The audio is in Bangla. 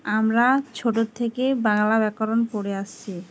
আমরা ছোটোর থেকে বাংলা ব্যাকরণ পড়ে আসছি